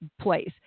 place